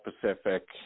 Pacific